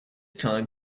time